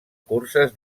curses